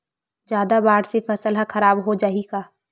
जादा बाढ़ से फसल ह खराब हो जाहि का?